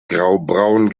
graubraun